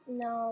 no